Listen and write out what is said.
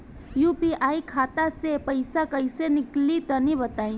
UPI खाता से पइसा कइसे निकली तनि बताई?